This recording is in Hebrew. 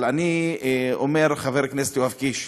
אבל אני אומר, חבר הכנסת יואב קיש,